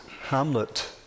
Hamlet